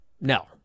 No